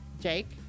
Jake